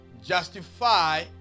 justify